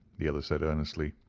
the other said earnestly.